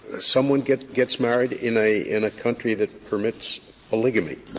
someone gets gets married in a in a country that permits polygamy.